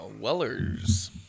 Wellers